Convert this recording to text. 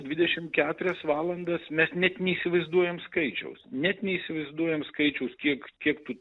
dvidešim keturias valandas mes net neįsivaizduojam skaičiaus net neįsivaizduojam skaičiaus kiek kiek